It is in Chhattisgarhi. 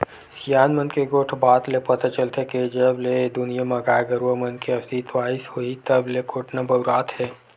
सियान मन के गोठ बात ले पता चलथे के जब ले ए दुनिया म गाय गरुवा मन के अस्तित्व आइस होही तब ले कोटना बउरात हे